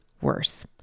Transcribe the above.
worse